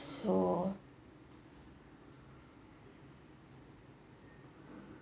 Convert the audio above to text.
so